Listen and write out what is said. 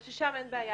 או ששם אין בעיה?